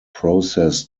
process